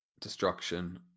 Destruction